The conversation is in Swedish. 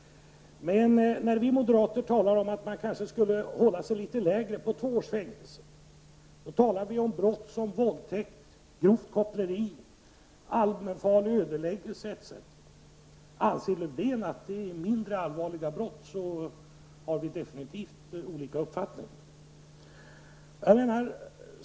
När vi moderater talar om att man kanske skulle ha en lägre gräns vid två års fängelse talar vi om brott som våldtäkt, grovt koppleri, allmänfarlig ödeläggelse etc. Om Lövdén anser att det är mindre allvarliga brott har vi definitivt olika uppfattningar.